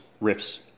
Riff's